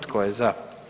Tko je za?